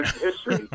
history